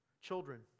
Children